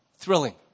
thrilling